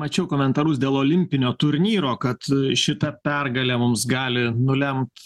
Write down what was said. mačiau komentarus dėl olimpinio turnyro kad šita pergalė mums gali nulemt